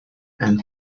and